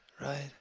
right